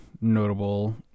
notable